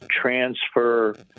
transfer